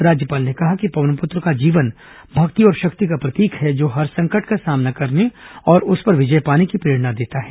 राज्यपाल ने कहा कि पवनपुत्र का जीवन भक्ति और शक्ति का प्रतीक है जो हर संकट का सामना करने और उस पर विजय पाने की प्रेरणा देता है